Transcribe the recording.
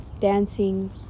dancing